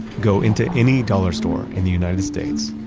go into any dollar store in the united states,